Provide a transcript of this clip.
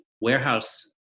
warehouse